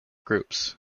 groups